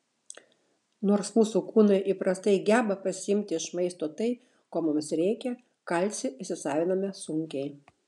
nors mūsų kūnai įprastai geba pasiimti iš maisto tai ko mums reikia kalcį įsisaviname sunkiai